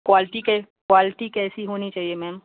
quality कैसी quality कैसी होनी चाहिए मैम